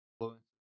Influence